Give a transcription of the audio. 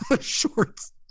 Shorts